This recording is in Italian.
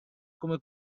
come